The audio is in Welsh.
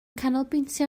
canolbwyntio